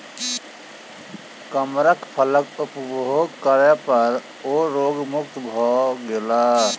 कमरख फलक उपभोग करै पर ओ रोग मुक्त भ गेला